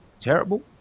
terrible